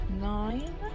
nine